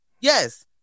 yes